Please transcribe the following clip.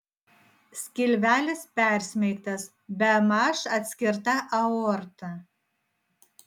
skilvelis persmeigtas bemaž atskirta aorta